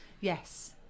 Yes